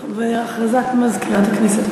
הכרזת מזכירת הכנסת.